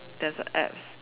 there's a apps